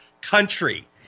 country